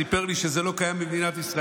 סיפר לי שזה לא קיים במדינת ישראל,